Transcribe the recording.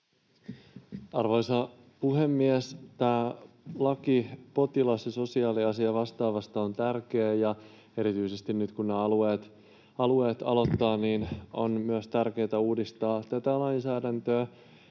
Arvoisa puhemies! Tämä laki potilas- ja sosiaaliasiavastaavista on tärkeä, ja erityisesti nyt, kun nämä alueet aloittavat, on myös tärkeätä uudistaa tätä lainsäädäntöä.